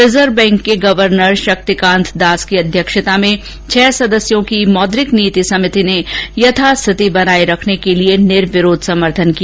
reserve bank के governor Shaktikanta Das की अध्यक्षता में छह सदस्यों की मौद्रिक नीति समिति ने यथास्थिति बनाए रखने के लिए निर्विरोध समर्थन किया